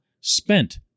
spent